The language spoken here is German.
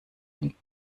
ein